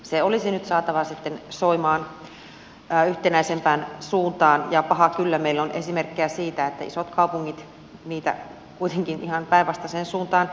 se olisi nyt saatava sitten soimaan yhtenäisempään suuntaan ja paha kyllä meillä on esimerkkejä siitä että isot kaupungit niitä kuitenkin ihan päinvastaiseen suuntaan vievät